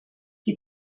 die